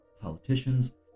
Politicians